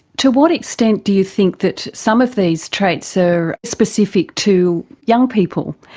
to what extent do you think that some of these traits are specific to young people?